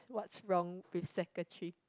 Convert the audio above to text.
What's Wrong with Secretary